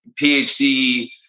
PhD